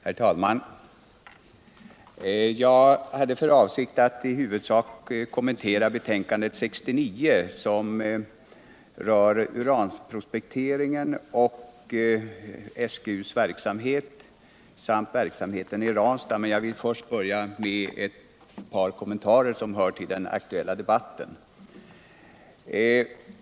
Herr talman! Jag hade för avsikt att i huvudsak kommentera betänkandet 69 som rör uranprospekteringen, SGU:s verksamhet samt verksamheten i Ranstad. Men jag vill först börja med ett par kommentarer till den aktuella debatten.